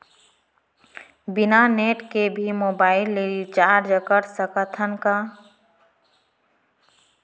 बिना नेट के भी मोबाइल ले रिचार्ज कर सकत हन का?